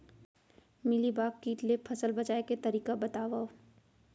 Mealybug किट ले फसल बचाए के तरीका बतावव?